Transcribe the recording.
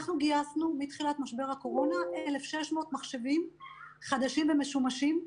אנחנו גייסנו מתחילת משבר הקורונה 1,600 מחשבים חדשים ומשומשים.